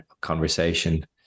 conversation